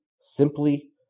simply